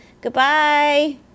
Goodbye